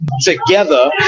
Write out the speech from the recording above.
together